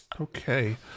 Okay